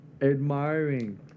admiring